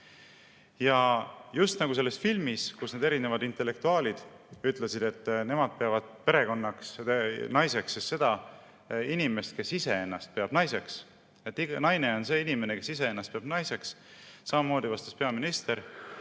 Ja just nagu selles filmis, kus erinevad intellektuaalid ütlesid, et nemad peavad naiseks seda inimest, kes iseennast peab naiseks, ja naine on see inimene, kes iseennast peab naiseks, vastas peaminister